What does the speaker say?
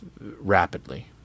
rapidly